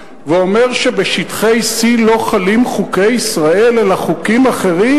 ואומר שבשטחי C לא חלים חוקי ישראל אלא חוקים אחרים?